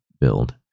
build